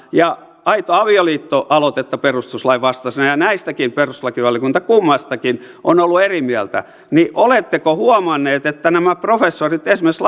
ja aito avioliitto aloitetta perustuslain vastaisena ja näistäkin perustuslakivaliokunta kummastakin on ollut eri mieltä niin oletteko huomanneet että nämä professorit esimerkiksi